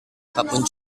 apapun